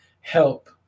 help